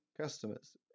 customers